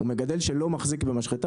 הוא מגדל שלא מחזיק במשחטה,